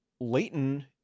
Leighton